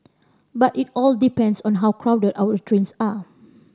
but it all depends on how crowded our trains are